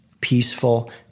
peaceful